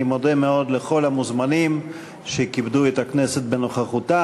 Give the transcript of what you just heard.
אני מודה מאוד לכל המוזמנים שכיבדו את הכנסת בנוכחותם,